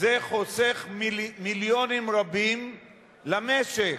זה חוסך מיליונים רבים למשק,